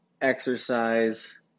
exercise